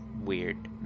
weird